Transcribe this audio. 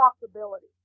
possibility